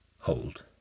hold